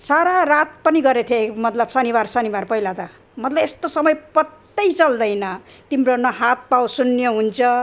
सारा रात पनि गरेथेँ मतलब शनिबार शनिबार पहिला त मतलब यस्तो समय पत्तै चल्दैन तिम्रो न हात पाउ शून्य हुन्छ